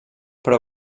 però